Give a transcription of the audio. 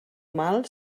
mal